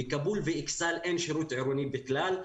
בכבול ואכסאל אין שירות עירוני בכלל,